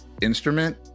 instrument